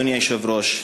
אדוני היושב-ראש,